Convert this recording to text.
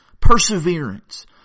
perseverance